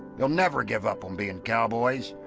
they'll never give up on being cowboys.